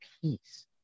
peace